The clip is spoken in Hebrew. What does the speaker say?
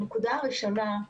הנקודה הראשונה,